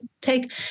take